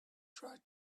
tried